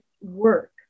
work